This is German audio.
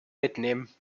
mitnehmen